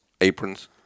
aprons